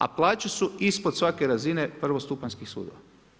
A plaće su ispod svake razine, prvostupanjskih sudova.